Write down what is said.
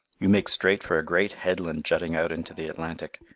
you make straight for a great headland jutting out into the atlantic,